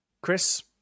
Chris